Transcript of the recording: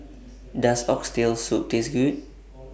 Does Oxtail Soup Taste Good